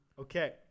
Okay